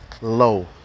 low